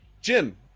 Jim